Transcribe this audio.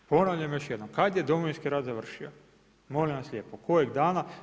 Ponavljam još jednom, kada je domovinski rat završio, molim vas lijepo, kojeg dana?